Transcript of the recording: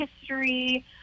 history